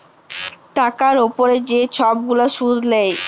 টাকার উপরে যে ছব গুলা সুদ লেয়